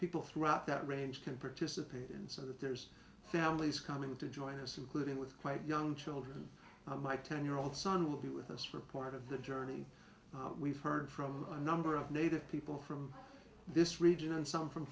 people throughout that range can participate in so that there's families coming to join us including with quite young children my ten year old son will be with us for part of the journey we've heard from a number of native people from this region and some from